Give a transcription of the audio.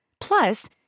Plus